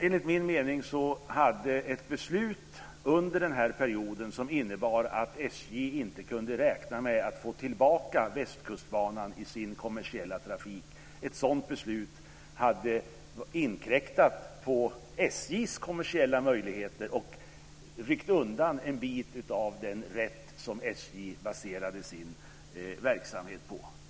Enligt min mening hade ett beslut under den här perioden som inneburit att SJ inte kunde räkna med att få tillbaka Västkustbanan i sin kommersiella trafik inkräktat på SJ:s kommersiella möjligheter och ryckt undan en bit av den rätt som SJ baserade sin verksamhet på.